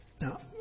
Now